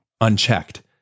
unchecked